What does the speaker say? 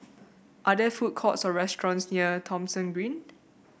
are there food courts or restaurants near Thomson Green